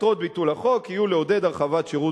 מטרות ביטול החוק יהיו לעודד הרחבת שירות